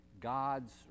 God's